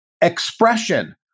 expression